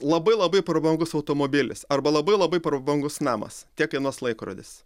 labai labai prabangus automobilis arba labai labai prabangus namas tiek kainuos laikrodis